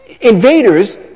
invaders